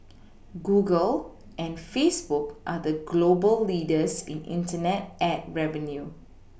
Google and Facebook are the global leaders in Internet ad revenue